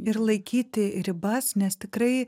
ir laikyti ribas nes tikrai